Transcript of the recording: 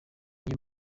iyi